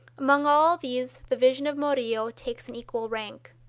among all these the vision of murillo takes an equal rank.